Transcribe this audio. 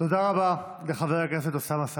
תודה רבה לחבר הכנסת אוסאמה סעדי.